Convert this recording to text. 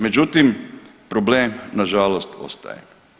Međutim, problem nažalost ostaje.